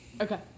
okay